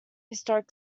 historic